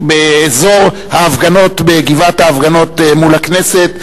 באזור ההפגנות בגבעת ההפגנות מול הכנסת,